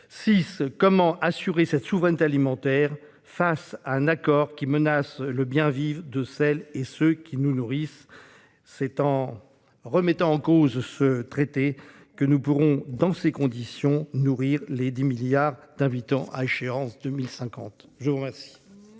2006. Comment assurer notre souveraineté alimentaire face à un accord qui menace le bien-vivre de celles et ceux qui nous nourrissent ? C'est en remettant en cause ce traité que nous pourrons, dans les conditions que j'ai exposées, nourrir les 10 milliards d'habitants attendus d'ici